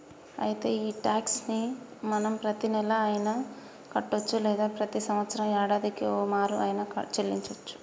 అయితే ఈ టాక్స్ ని మనం ప్రతీనెల అయిన కట్టొచ్చు లేదా ప్రతి సంవత్సరం యాడాదికి ఓమారు ఆయిన సెల్లించోచ్చు